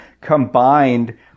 combined